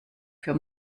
für